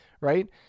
right